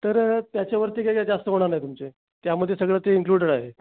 तर त्याच्यावरती काही काही जास्त होणार नाही तुमचे त्यामध्ये सगळं ते इन्क्लुडेड आहे